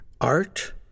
art